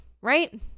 right